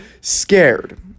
scared